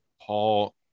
Paul